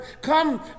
Come